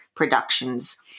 productions